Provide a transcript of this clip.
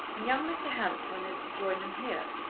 and young mr. hampton is to join them here,